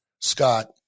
Scott